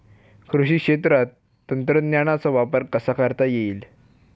कृषी क्षेत्रात तंत्रज्ञानाचा वापर कसा करता येईल?